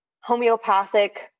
homeopathic